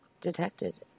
Detected